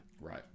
Right